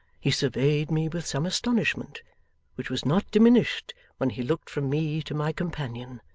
he surveyed me with some astonishment which was not diminished when he looked from me to my companion.